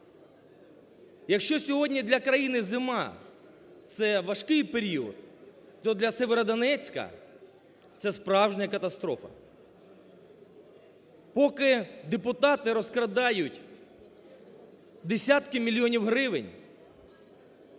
Якщо сьогодні для країни зима – це важкий період, то для Сєвєродонецька це справжня катастрофа. Поки депутати розкрадають десятки мільйонів гривень,